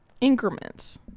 increments